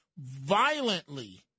violently